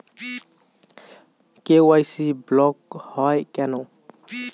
KYC block হয় কেনে?